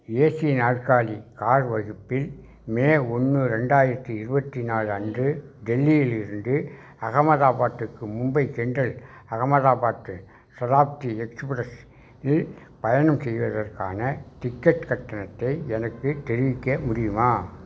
AC நாற்காலி car வகுப்பில் மே ஒன்று ரெண்டாயிரத்தி இருபத்தி நாலு அன்று டெல்லியிலிருந்து அகமதாபாத்துக்கு மும்பை சென்ட்ரல் அகமதாபாத் சதாப்தி எக்ஸ்பிரஸ் இல் பயணம் செய்வதற்கான டிக்கெட் கட்டணத்தை எனக்குத் தெரிவிக்க முடியுமா